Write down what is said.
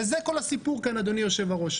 וזה כל הסיפור כאן, אדוני היושב-ראש.